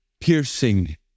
piercing